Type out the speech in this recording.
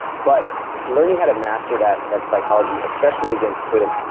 but, learning how to master that that psychology, especially against critics,